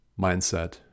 Mindset